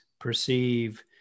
perceive